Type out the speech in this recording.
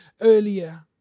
earlier